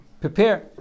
prepare